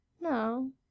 No